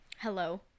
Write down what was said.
Hello